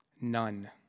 None